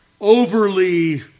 overly